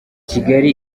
kigali